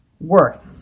work